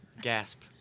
Gasp